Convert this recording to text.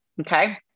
okay